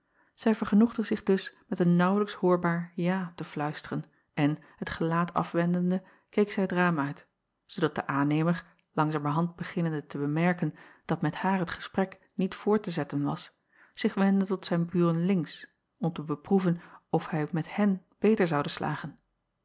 zij vergenoegde zich dus met een naauwlijks hoorbaar ja te fluisteren en het gelaat afwendende keek zij het raam uit zoodat de aannemer langzamerhand beginnende te bemerken dat met haar het gesprek niet voort te zetten was zich wendde tot zijn buren links om te beproeven of hij met hen beter zoude slagen